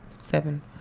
seven